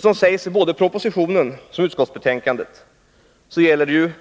Som sägs i såväl proposition som utskottsbetänkande så gäller